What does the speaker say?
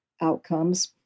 outcomes